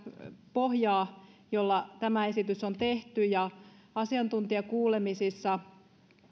pohjaa jolla tämä esitys on tehty asiantuntijakuulemisissa